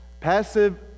Passive